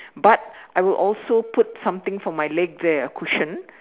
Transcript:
but I would also put something for my legs there a cushion